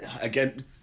Again